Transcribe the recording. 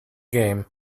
game